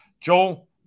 Joel